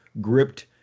gripped